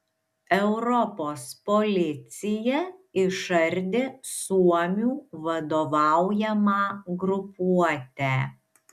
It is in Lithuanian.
europos policija išardė suomių vadovaujamą grupuotę